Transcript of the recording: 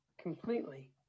completely